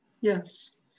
Yes